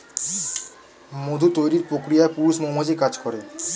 মধু তৈরির প্রক্রিয়ায় পুরুষ মৌমাছি কাজ করে